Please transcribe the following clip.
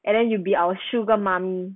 and then you will be our sugar mummy